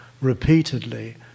repeatedly